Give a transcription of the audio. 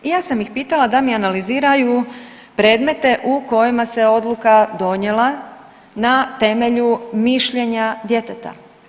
I ja sam ih pitala da mi analiziraju predmete u kojima se odluka donijela na temelju mišljenja djeteta.